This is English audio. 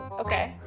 okay.